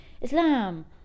Islam